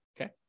okay